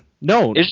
No